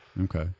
okay